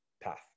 PATH